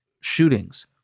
shootings